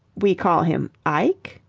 we call him ike!